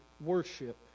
worship